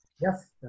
Yes